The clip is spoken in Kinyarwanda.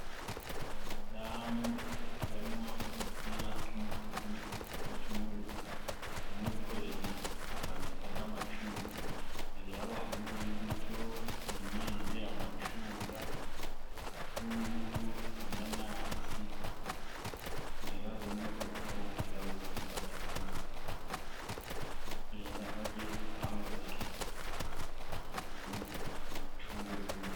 Abadamu batatu barimo uwambaye umupira w'umutuku n'igitambaro cy'umweru, harimo uwikoreye n'agapaniye kariho amacunga, imbere yabo harimo imbuto imyembe, amacunga, ubutunguru, inanasi, imbere yabo hariho n'umugabo wambaye umupira w'ubururu n'ipataro y'umukara, bari kugenda nk'abagiye kurangura amacunga izo mbuto.